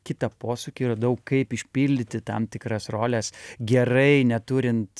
kitą posūkį radau kaip išpildyti tam tikras roles gerai neturint